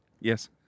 Yes